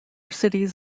cities